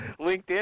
LinkedIn